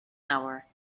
hour